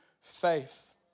faith